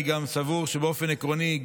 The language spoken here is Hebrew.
אני סבור שבאופן עקרוני,